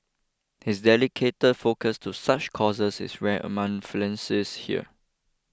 his dedicated focus to such causes is rare among philanthropists here